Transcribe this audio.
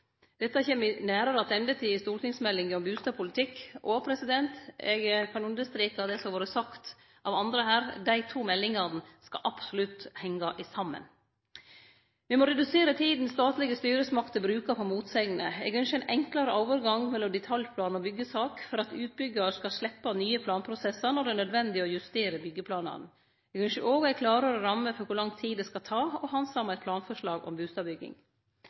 Dette kjem me nærare attende til i stortingsmeldinga om bustadpolitikk. Eg kan understreke det som har vore sagt av andre her, dei to meldingane skal absolutt hengje saman. Me må redusere tida statlege styresmakter brukar på motsegner. Eg ynskjer ein enklare overgang mellom detaljplan og byggjesak for at utbyggjar skal sleppe nye planprosessar når det er nødvendig å justere byggjeplanane. Eg ynskjer òg ei klarare ramme for kor lang tid det skal ta å handsame eit planforslag om